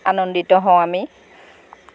আনন্দিত হওঁ আমি